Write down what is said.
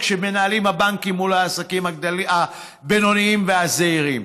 של הבנקים את העסקים הבינוניים והזעירים,